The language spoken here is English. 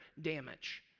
damage